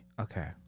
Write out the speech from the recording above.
Okay